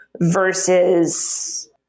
versus